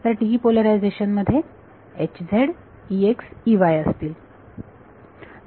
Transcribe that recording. तर TE polarisation मध्ये असतील